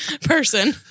person